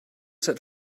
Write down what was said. set